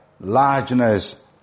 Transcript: largeness